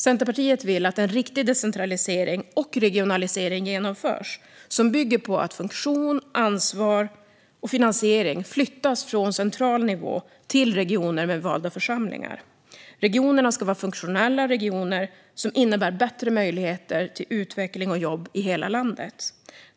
Centerpartiet vill att en riktig decentralisering och regionalisering genomförs som bygger på att funktion, ansvar och finansiering flyttas från central nivå till regioner med valda församlingar. Regionerna ska vara funktionella regioner som innebär bättre möjligheter till utveckling och jobb i hela landet.